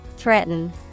Threaten